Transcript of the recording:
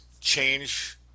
change